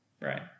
Right